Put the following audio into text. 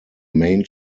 main